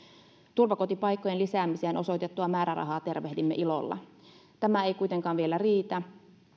turvakotipaikkojen lisäämiseen osoitettua määrärahaa tervehdimme ilolla tämä ei kuitenkaan vielä riitä